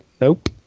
Nope